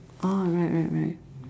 oh right right right